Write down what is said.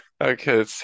Okay